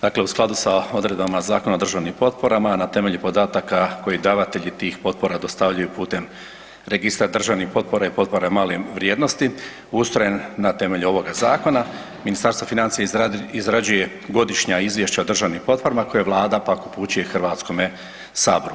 Dakle, u skladu sa odredbama Zakona o državnim potporama na temelju podataka koji davatelji tih potpora dostavljaju putem Registra državnih potpora i potpora malih vrijednosti, ustrojen na temelju ovoga Zakona, Ministarstvo financija izrađuje godišnja izvješća o državnim potporama koje Vlada pak upućuje Hrvatskome saboru.